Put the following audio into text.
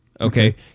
Okay